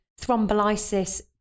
thrombolysis